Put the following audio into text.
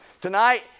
Tonight